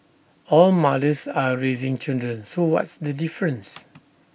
all mothers are raising children so what's the difference